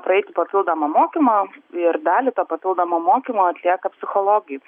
praeiti papildomą mokymą ir dalį to papildomo mokymo atlieka psichologai